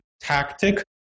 tactic